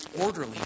orderly